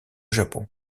japon